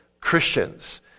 Christians